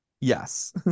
Yes